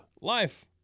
Life